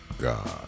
God